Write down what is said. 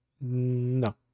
No